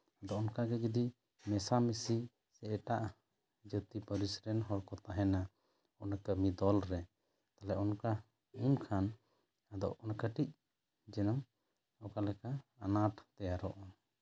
ᱟᱫᱚ ᱚᱱᱠᱟᱜᱮ ᱡᱩᱫᱤ ᱢᱮᱥᱟᱢᱤᱥᱤ ᱥᱮ ᱮᱴᱜ ᱡᱟᱹᱛᱤ ᱯᱟᱹᱨᱤᱥ ᱨᱮᱱ ᱦᱚᱲ ᱠᱚ ᱛᱟᱦᱮᱱᱟ ᱚᱱᱟ ᱠᱟᱹᱢᱤ ᱫᱚᱞ ᱨᱮ ᱛᱟᱦᱚᱞᱮ ᱚᱱᱠᱟ ᱩᱱ ᱠᱷᱟᱱ ᱟᱫᱚ ᱚᱱᱟ ᱠᱟᱹᱴᱤᱪ ᱡᱮᱱᱚ ᱚᱠᱟ ᱞᱮᱠᱟ ᱟᱱᱟᱴ ᱛᱮᱭᱟᱨᱚᱜᱼᱟ